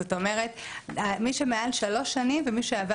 זאת אומרת מי שמעל שלוש שנים ומי שעבר